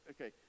okay